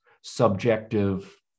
subjective